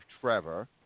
Trevor